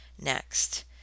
next